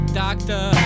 doctor